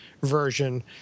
Version